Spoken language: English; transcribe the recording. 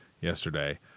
yesterday